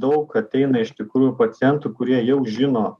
daug ateina iš tikrų pacientų kurie jau žino